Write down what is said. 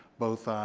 both